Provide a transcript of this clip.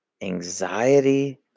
anxiety